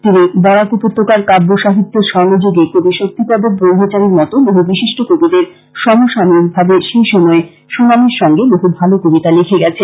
তিনি বরাক উপত্যকার কাব্যসাহিত্যের স্বর্ণযুগে কবি শক্তিপদ ব্রহ্মচারীর মতো বহু বিশিষ্ট কবিদের সমসাময়িকভাবে সেই সময়ে সুনামের সঙ্গে বহু ভালো কবিতা লিখে গেছেন